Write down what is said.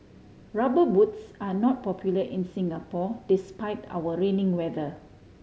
Rubber Boots are not popular in Singapore despite our rainy weather